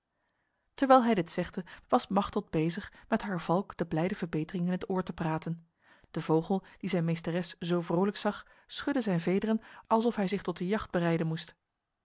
terwijl hij dit zegde was machteld bezig met haar valk de blijde verbetering in het oor te praten de vogel die zijn meesteres zo vrolijk zag schudde zijn vederen alsof hij zich tot de jacht bereiden moest